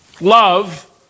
Love